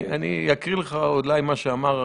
אני אקריא לך אולי את מה שאמר,